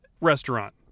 restaurant